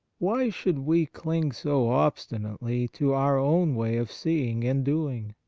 why should we cling so obstinately to our own way of seeing and doing?